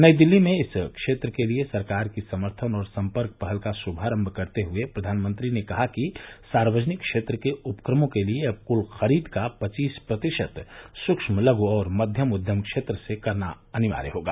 नई दिल्ली में इस क्षेत्र के लिए सरकार की समर्थन और सपर्क पहल का शुभारम करते हुए प्रधानमंत्री ने कहा कि सार्वजनिक क्षेत्र के उपक्रमों के लिए अब क्ल खरीद का पचीस प्रतिशत सूक्ष्म लघ् और मध्यम उद्यम क्षेत्र से करना अनिवार्य होगा